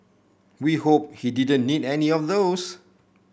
we hope he didn't need any of those